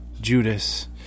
Judas